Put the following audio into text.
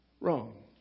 Wrong